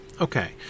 Okay